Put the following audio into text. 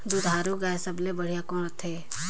दुधारू गाय सबले बढ़िया कौन रथे?